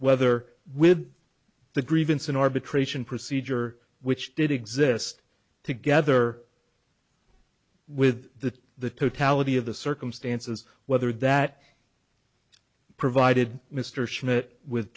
whether with the grievance in arbitration procedure which did exist together with the the totality of the circumstances whether that provided mr schmidt with